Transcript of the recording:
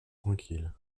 tranquille